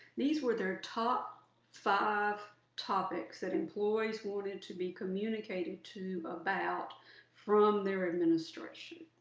these were their top five topics that employees wanted to be communicated to about from their administration.